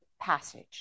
passage